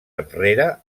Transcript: enrere